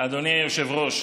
אדוני היושב-ראש,